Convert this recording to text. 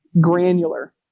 granular